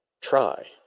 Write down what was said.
try